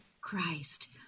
Christ